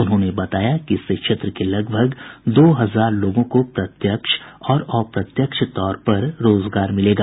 उन्होंने बताया कि इससे क्षेत्र के लगभग दो हजार लोगों को प्रत्यक्ष और अप्रत्यक्ष तौर पर रोजगार मिलेगा